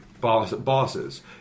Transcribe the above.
bosses